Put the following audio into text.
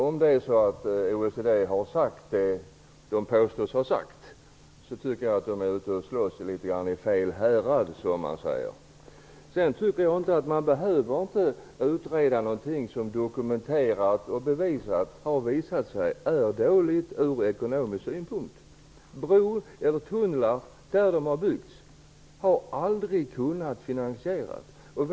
Om OECD har sagt vad det påstås ha sagt, tycker att det är ute och slåss i fel härad, som man säger. Jag tycker vidare inte att man behöver utreda någonting som dokumenterat och bevisat är dåligt ur ekonomisk synpunkt. Tunnlar har aldrig kunnat finansieras där de har byggts.